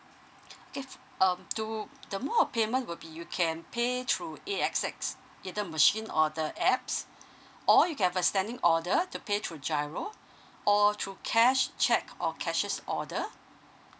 okay um to the more payment will be you can pay through A_X_S either machine or the apps or you have a standing order to pay through GIRO or through cash cheque or cashier's order